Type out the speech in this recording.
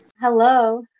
Hello